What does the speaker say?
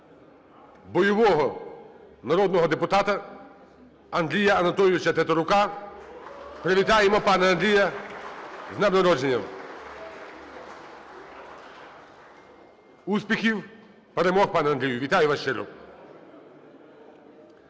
бойового народного депутата Андрія Анатолійовича Тетерука. Привітаємо пана Андрія з днем народження. (Оплески) Успіхів, перемог, пане Андрію. Вітаю вас щиро!